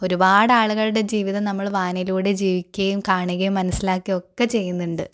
ഒരുപാട് ആളുകളുടെ ജീവിതം നമ്മൾ വായനയിലൂടെ ജീവിക്കുകയും കാണുകയും മനസ്സിലാക്കുകയും ഒക്കെ ചെയ്യുന്നുണ്ട്